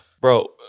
Bro